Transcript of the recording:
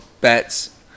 bets